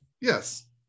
Yes